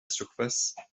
surface